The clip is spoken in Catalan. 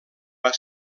van